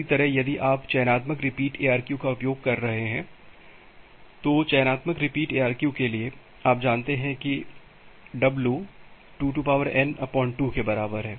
इसी तरह यदि आप चयनात्मक रिपीट ARQ का उपयोग कर रहे हैं तो चयनात्मक रिपीट ARQ के लिए आप जानते हैं कि w 2 n 2 के बराबर है